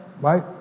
right